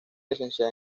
licenciada